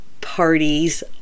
parties